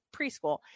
preschool